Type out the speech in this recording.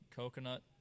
coconut